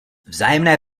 vzájemné